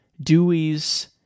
Dewey's